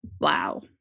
Wow